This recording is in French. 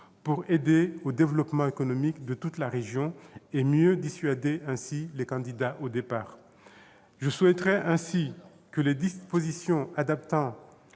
pour favoriser le développement économique de toute la région et mieux dissuader ainsi les candidats au départ. Je souhaiterais aussi que les dispositions adaptant